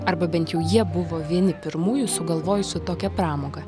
arba bent jau jie buvo vieni pirmųjų sugalvojusių tokią pramogą